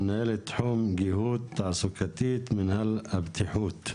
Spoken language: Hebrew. מנהלת תחום גיהות תעסוקתית במינהל הבטיחות.